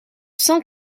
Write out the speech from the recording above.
cent